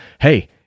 Hey